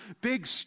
big